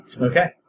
Okay